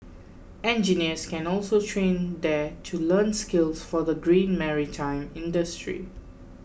engineers can also train there to learn skills for the green maritime industry